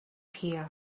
here